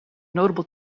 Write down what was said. notable